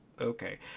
okay